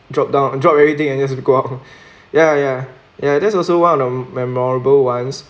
drop down drop everything and just go out ya ya ya that's also one of the memorable [one]